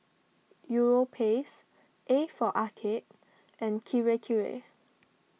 Europace A for Arcade and Kirei Kirei